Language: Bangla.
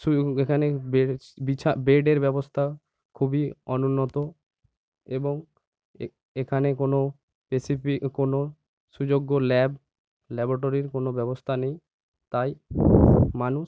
সুইয়োং এখানে বে বিছা বেডের ব্যবস্থা খুবই অনুন্নত এবং এখানে কোনো স্পেসিফিক কোনো সুযোগ্য ল্যাব ল্যাবোরেটরির কোনো ব্যবস্থা নেই তাই মানুষ